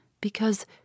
because